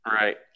Right